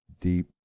deep